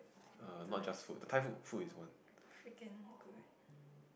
you don't like freaking good